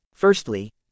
Firstly